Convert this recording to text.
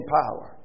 power